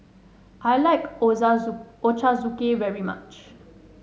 I like Ochazuke very much